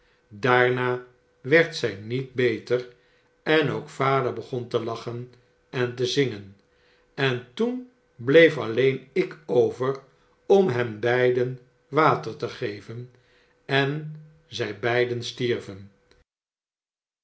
daarna werd zy niet beter en ook vader begon te lachen en te zingen en toen bleef alleen ik over om hen beiden water te geven en i beiden stierven